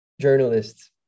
journalists